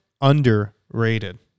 underrated